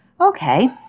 Okay